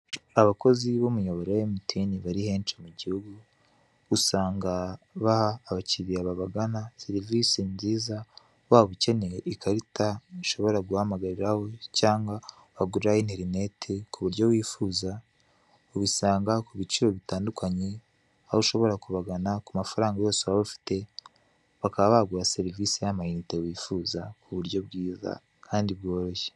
Abakozi b'umuyoboro MTN bari henshi mu gihugu, usanga baha abakiya babagana serivisi nziza, waba ukeneye ikarita ushobora guhamagariraho cyangwa wagura interneti ku buryo wifuza, ubisanga ku biciro bitandukanye, aho ushobora kubagana ku mafaranga yose waba ufite, bakaba baguha serivisi y'amayinite wifuza ku buryo bwiza kandi bworoshye.